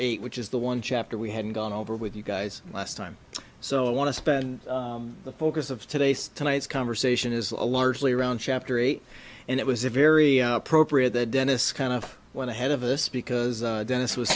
eight which is the one chapter we hadn't gone over with you guys last time so i want to spend the focus of today's tonight's conversation is a largely around chapter eight and it was a very appropriate that dennis kind of went ahead of us because dennis was